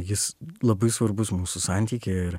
jis labai svarbus mūsų santykyje ir